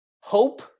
Hope